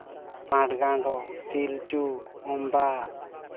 ᱯᱟᱸᱰ ᱜᱟᱸᱰᱳ ᱛᱤᱞᱡᱩ ᱚᱸᱵᱟᱜ